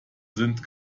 sind